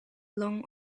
long